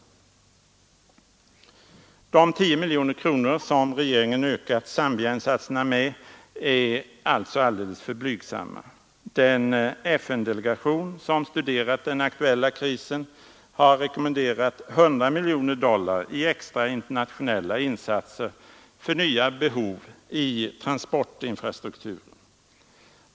De 10 miljoner kronor som regeringen ökat Zambiainsatserna med är alltså alldeles för blygsamma. Den FN-delegation som studerat den aktuella krisen har rekommenderat 100 miljoner dollar i extra internatio nella insatser för nya behov i transportinfrastrukturen.